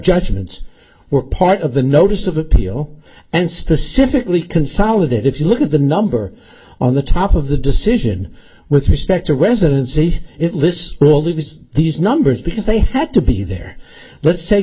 judgments were part of the notice of appeal and specifically consolidated if you look at the number on the top of the decision with respect to residency it lists all these these numbers because they had to be there let's say